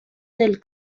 del